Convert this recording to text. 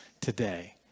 today